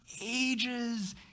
ages